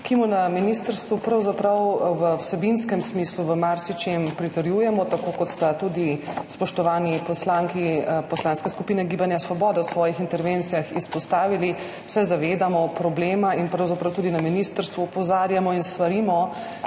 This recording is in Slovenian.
ki mu na ministrstvu pravzaprav v vsebinskem smislu v marsičem pritrjujemo. Tako kot sta tudi spoštovani poslanki Poslanske skupine Svoboda v svojih intervencijah izpostavili, se zavedamo problema in pravzaprav tudi na ministrstvu opozarjamo in svarimo